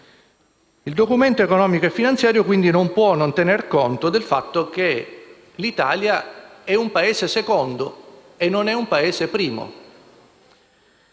Il Documento economico e finanziario non può quindi non tenere conto del fatto che l'Italia è un Paese secondo e non un Paese primo.